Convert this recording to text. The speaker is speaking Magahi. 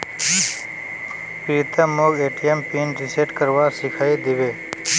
प्रीतम मोक ए.टी.एम पिन रिसेट करवा सिखइ दी बे